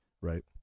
right